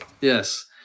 Yes